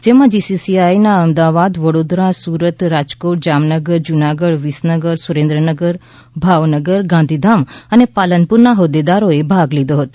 જેમાં G C C આઈના Ahmedabad Vadodara Surat Rajkot Jamnagar Junagadh Visnagar Surendranagar Bhavnagar Gandhidham અને પાલનપુરના હોદ્દેદારોએ ભાગ લીધો હતો